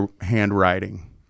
handwriting